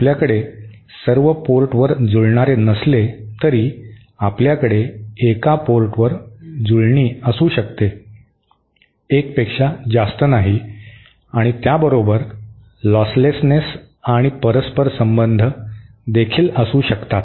आपल्याकडे सर्व पोर्टवर जुळणारे नसले तरी आपल्याकडे एका पोर्टवर जुळणी असू शकते 1 पेक्षा जास्त नाही आणि त्या बरोबर लॉसलेसनेस आणि परस्पर संबंध देखील असू शकतात